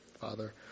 Father